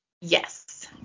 Yes